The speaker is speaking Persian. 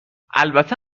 البته